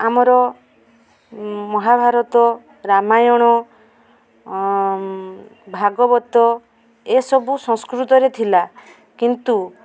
ଆମର ମହାଭାରତ ରାମାୟଣ ଭାଗବତ ଏସବୁ ସଂସ୍କୃତରେ ଥିଲା କିନ୍ତୁ